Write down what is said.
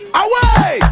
away